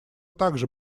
также